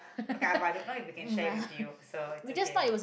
okay but I don't know if I can share it with you so it's okay